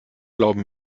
glauben